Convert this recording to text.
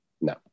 No